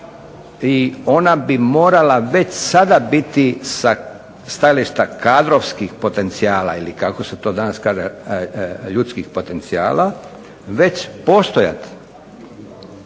I ona bi morala već sada biti sa stajališta kadrovskih potencijala ili kako se to danas kaže ljudskih potencijala već postojati,